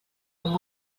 amb